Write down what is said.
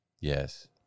Yes